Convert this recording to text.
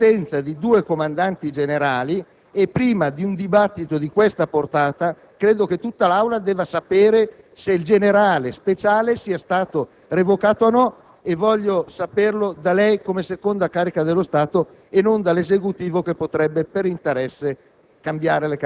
la coesistenza di due comandanti generali. Prima di un dibattito di questa portata, credo che tutta l'Aula debba sapere se il generale Speciale sia stato o non sia stato revocato: voglio saperlo da lei come seconda carica dello Stato e non dall'Esecutivo, che potrebbe per interesse